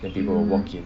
then people will walk in